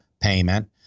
payment